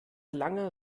langer